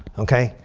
okay.